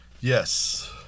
Yes